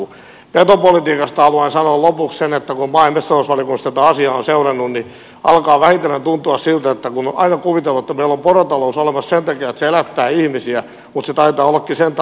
petopolitiikasta haluan sanoa lopuksi sen että kun maa ja metsätalousvaliokunnassa tätä asiaa olen seurannut niin alkaa vähitellen tuntua siltä että vaikka olen aina kuvitellut että meillä on porotalous olemassa sen takia että se elättää ihmisiä niin se taitaakin olla sen takia olemassa että on pedoille ruokaa